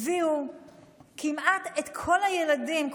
הביאו כמעט את כל הילדים,